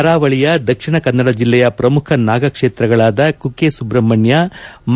ಕರಾವಳಿಯ ದಕ್ಷಿಣ ಕನ್ನಡ ಜಿಲ್ಲೆಯ ಪ್ರಮುಖ ನಾಗ ಕ್ಷೇತ್ರಗಳಾದ ಕುಕ್ಷೆ ಸುಬ್ರಹ್ಮಣ್ಯ ಕ್ಷೇತ್ರ